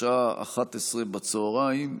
בשעה 11:00 בצוהריים.